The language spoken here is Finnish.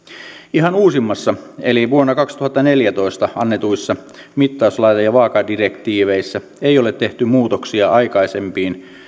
ihan uusimmissa eli vuonna kaksituhattaneljätoista annetuissa mittauslaite ja vaakadirektiiveissä ei ole tehty muutoksia aikaisempiin